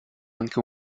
anche